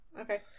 Okay